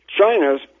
China's